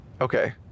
okay